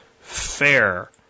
fair